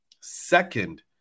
second